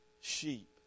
sheep